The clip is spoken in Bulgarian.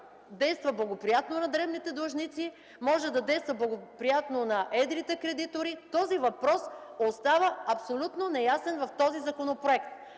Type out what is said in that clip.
действа благоприятно на дребните длъжници, може да действа благоприятно и на едрите кредитори, този въпрос остава абсолютно неясен в този законопроект.